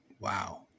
Wow